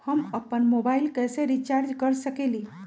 हम अपन मोबाइल कैसे रिचार्ज कर सकेली?